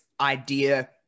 idea